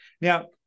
Now